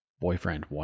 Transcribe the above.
boyfriend